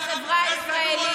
אז לא יהיו טייסים,